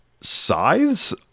scythes